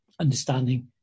understanding